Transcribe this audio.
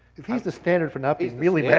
if he's the standard for not being mealy-mouthed,